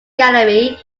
gallery